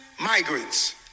migrants